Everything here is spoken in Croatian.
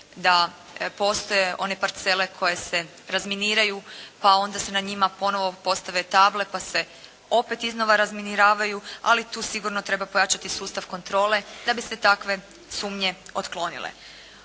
da postoje one parcele koje se razminiraju pa onda se na njima ponovo postave table pa se opet iznova razminiravaju ali tu sigurno treba pojačati sustav kontrole da bi se takve sumnje otklonile.